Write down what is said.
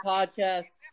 Podcast